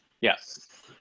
Yes